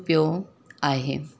पियो आहे